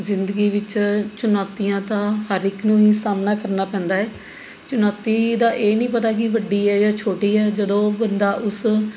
ਜ਼ਿੰਦਗੀ ਵਿੱਚ ਚੁਣੌਤੀਆਂ ਤਾਂ ਹਰ ਇੱਕ ਨੂੰ ਹੀ ਸਾਹਮਣਾ ਕਰਨਾ ਪੈਂਦਾ ਹੈ ਚੁਣੌਤੀ ਦਾ ਇਹ ਨਹੀਂ ਪਤਾ ਕਿ ਵੱਡੀ ਹੈ ਜਾਂ ਛੋਟੀ ਹੈ ਜਦੋਂ ਬੰਦਾ ਉਸ